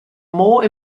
more